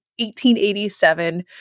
1887